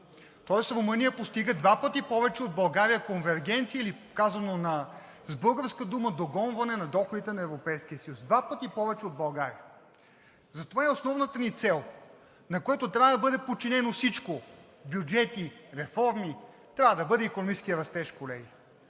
Тоест Румъния постига два пъти повече конвергенции от България или казано с българска дума – догонване на доходите на Европейския съюз. Два пъти повече от България! За това е и основната ни цел, на която трябва да бъде подчинено всичко – бюджети, реформи, икономическият растеж, колеги.